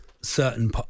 certain